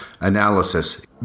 analysis